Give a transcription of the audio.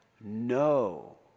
no